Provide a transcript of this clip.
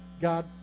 God